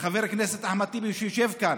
וחבר הכנסת אחמד טיבי, שיושב כאן,